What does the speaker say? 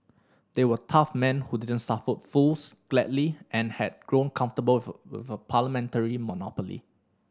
they were tough men who didn't suffer fools gladly and had grown comfortable with with a parliamentary monopoly